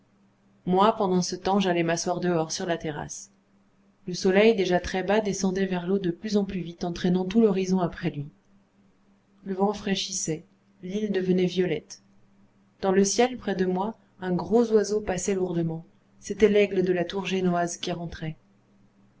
moi pendant ce temps j'allais m'asseoir dehors sur la terrasse le soleil déjà très bas descendait vers l'eau de plus en plus vite entraînant tout l'horizon après lui le vent fraîchissait l'île devenait violette dans le ciel près de moi un gros oiseau passait lourdement c'était l'aigle de la tour génoise qui rentrait